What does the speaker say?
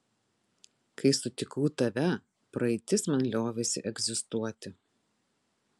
kai sutikau tave praeitis man liovėsi egzistuoti